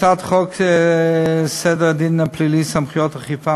הצעת חוק סדר הדין הפלילי (סמכויות אכיפה,